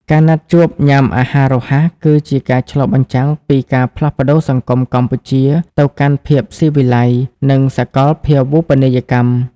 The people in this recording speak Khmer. ការណាត់ជួបញ៉ាំអាហាររហ័សគឺជាការឆ្លុះបញ្ចាំងពីការផ្លាស់ប្ដូរសង្គមកម្ពុជាទៅកាន់ភាពស៊ីវិល័យ និងសកលភាវូបនីយកម្ម។